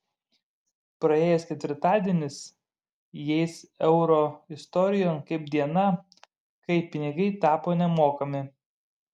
praėjęs ketvirtadienis įeis euro istorijon kaip diena kai pinigai tapo nemokami